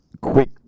quick